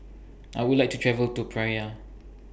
I Would like to travel to Praia